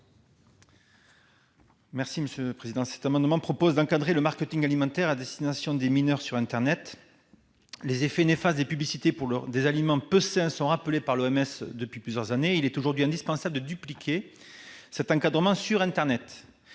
n° 326 rectifié. Cet amendement vise à encadrer le marketing alimentaire à destination des mineurs sur internet. Les effets néfastes des publicités pour des aliments peu sains sont rappelés par l'OMS depuis plusieurs années. Il est aujourd'hui indispensable de dupliquer l'encadrement existant